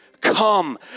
Come